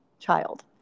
child